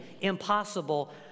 impossible